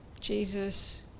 Jesus